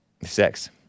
sex